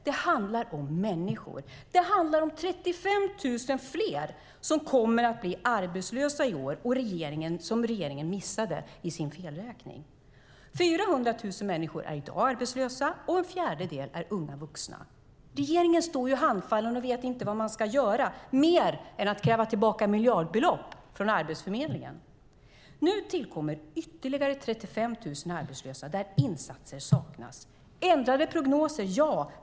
Det handlar om människor. Det handlar om 35 000 fler som kommer att bli arbetslösa i år som regeringen missade i sin felräkning. 400 000 människor är i dag arbetslösa, och en fjärdedel är unga vuxna. Regeringen står handfallen och vet inte vad man ska göra, mer än att kräva tillbaka miljardbelopp från Arbetsförmedlingen. Nu tillkommer ytterligare 35 000 arbetslösa där insatser saknas. Ändrade prognoser - ja.